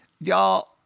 Y'all